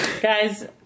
Guys